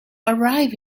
arrive